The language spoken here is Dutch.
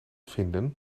vinden